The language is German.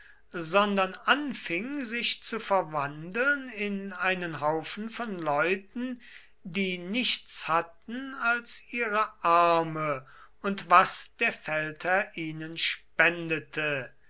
sondern anfing sich zu verwandeln in einen haufen von leuten die nichts hatten als ihre arme und was der feldherr ihnen spendete